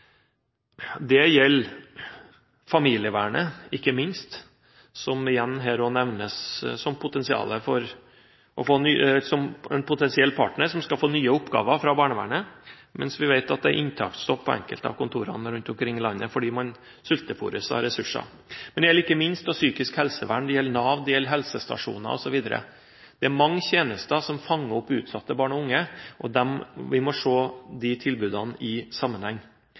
Det gjelder ikke minst familievernet, som igjen nevnes som en potensiell partner som skal få nye oppgaver fra barnevernet, selv om vi vet at det er inntaksstopp på enkelte av kontorene rundt omkring i landet fordi man sultefôres på ressurser. Det gjelder ikke minst psykisk helsevern, det gjelder Nav, det gjelder helsestasjoner osv. Det er mange tjenester som fanger opp utsatte barn og unge, og vi må se disse tilbudene i sammenheng.